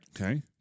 Okay